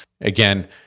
again